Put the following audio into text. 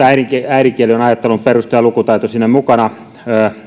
äidinkieli äidinkieli on ajattelun perusta ja lukutaito siinä mukana